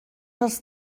els